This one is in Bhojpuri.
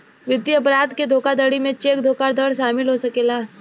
वित्तीय अपराध के धोखाधड़ी में चेक धोखाधड़ शामिल हो सकेला